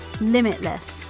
limitless